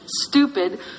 stupid